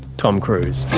tom cruise.